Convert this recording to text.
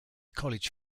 college